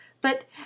But